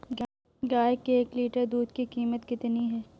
गाय के एक लीटर दूध की कीमत कितनी है?